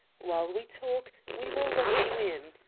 while we talk, we will lock you in.